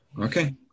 Okay